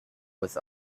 with